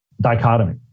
dichotomy